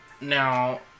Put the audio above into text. Now